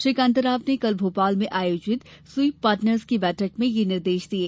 श्री कान्ता राव ने कल भोपाल में आयोजित स्वीप पार्टनर्स की बैठक में यह निर्देश दिये